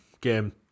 game